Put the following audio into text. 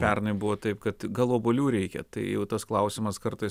pernai buvo taip kad gal obuolių reikia tai jau tas klausimas kartais